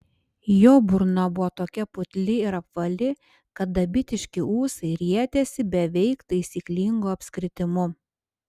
jo burna buvo tokia putli ir apvali kad dabitiški ūsai rietėsi beveik taisyklingu apskritimu